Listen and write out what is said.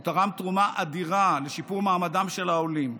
הוא תרם תרומה אדירה לשיפור מעמדם של העולים.